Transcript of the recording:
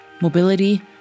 mobility